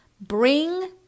Bring